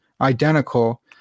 identical